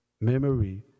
memory